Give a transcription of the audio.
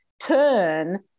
turn